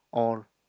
or